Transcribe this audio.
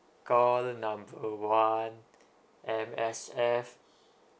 call number one M_S_F